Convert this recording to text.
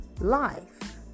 life